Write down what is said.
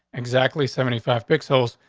exactly seventy five pixels.